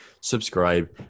subscribe